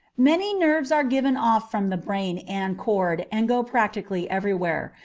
many nerves are given off from the brain and cord and go practically everywhere,